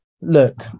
Look